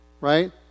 Right